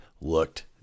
looked